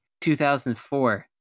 2004